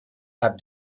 have